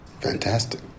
Fantastic